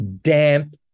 damp